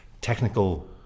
technical